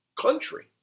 country